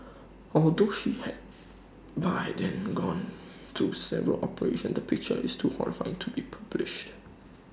although she had by then gone through several operations the picture is too horrifying to be published